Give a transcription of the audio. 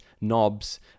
knobs